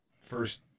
first